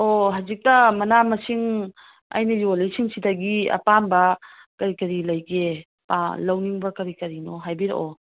ꯑꯣ ꯍꯧꯖꯤꯛꯇ ꯃꯅꯥ ꯃꯁꯤꯡ ꯑꯩꯅ ꯌꯣꯜꯂꯤꯁꯤꯡꯁꯤꯗꯒꯤ ꯑꯄꯥꯝꯕ ꯀꯔꯤ ꯀꯔꯤ ꯂꯩꯒꯦ ꯂꯧꯅꯤꯡꯕ ꯀꯔꯤ ꯀꯔꯤꯅꯣ ꯍꯥꯏꯕꯤꯔꯛꯑꯣ